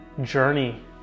journey